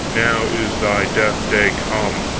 now is thy death day come.